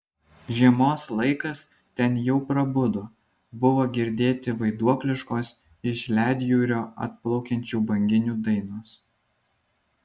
žiemos laikas ten jau prabudo buvo girdėti vaiduokliškos iš ledjūrio atplaukiančių banginių dainos